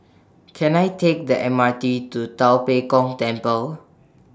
Can I Take The M R T to Tua Pek Kong Temple